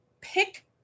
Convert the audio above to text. pick